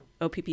OPP